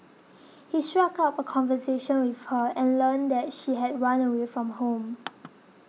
he struck up a conversation with her and learned that she had run away from home